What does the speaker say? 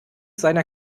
seiner